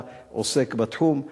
אתה עוסק בתחום.